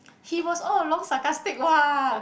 he was all along sarcastic what